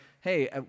hey